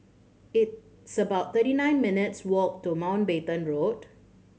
it's about thirty nine minutes' walk to Mountbatten Road